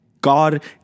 God